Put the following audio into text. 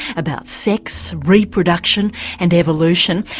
about sex, reproduction and evolution.